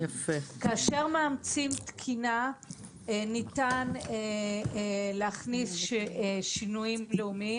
כאשר מאמצים תקינה ניתן להכניס שינויים לאומיים.